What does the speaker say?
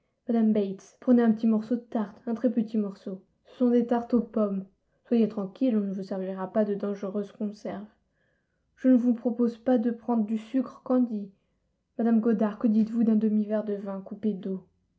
prenez un petit morceau de tarte un très petit morceau ce sont des tartes aux pommes soyez tranquille on ne vous servira pas de dangereuses conserves je ne vous propose pas de prendre du sucre candi mme goddard que dites-vous d'un demi-verre de vin coupé d'eau